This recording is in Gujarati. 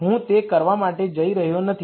હું તે કરવા માટે જઇ રહ્યો નથી